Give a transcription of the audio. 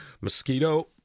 Mosquito